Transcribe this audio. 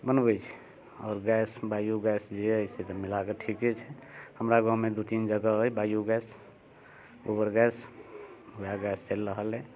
बनबैत छी आओर गैस बायो गैस जे अइ से तऽ मिला कऽ ठीके छै हमरा गाममे दू तीन जगह अइ बायो गैस गोबर गैस उएह गैस चलि रहल अइ